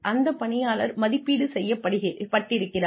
அந்த பணியாளர் மதிப்பீடு செய்யப்பட்டிருக்கிறார்